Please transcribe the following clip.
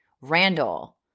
Randall